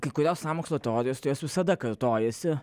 kai kurios sąmokslo teorijos tai jos visada kartojasi